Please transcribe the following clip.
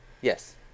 Yes